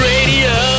Radio